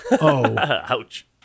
Ouch